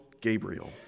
Gabriel